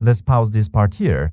let's pause this part here